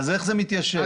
איך הדברים מתיישבים?